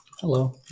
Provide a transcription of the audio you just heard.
Hello